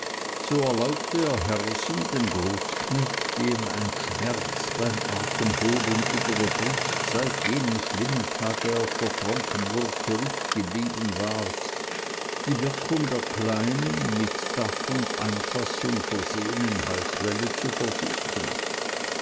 so erlaubte er hersen dem großknecht dem ein schmerz beim atemholen über der brust seit jenem schlimmen tage auf der tronkenburg zurückgeblieben war die wirkung der kleinen mit dach und einfassung versehenen heilquelle zu versuchen